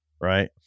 Right